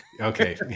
okay